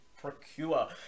procure